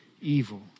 evil